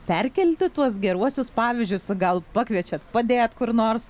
perkelti tuos geruosius pavyzdžius gal pakviečiat padėt kur nors